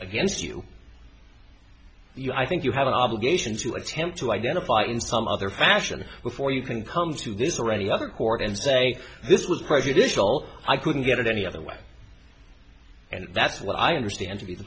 against you i think you have an obligation to attempt to identify in some other fashion before you can come to this or any other court and say this was prejudicial i couldn't get it any other way and that's what i understand to be the